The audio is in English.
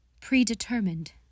predetermined